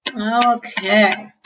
Okay